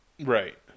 Right